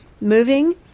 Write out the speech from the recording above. moving